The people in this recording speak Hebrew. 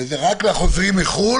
וזה רק לחוזרים מחו"ל,